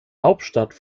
hauptstadt